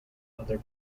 other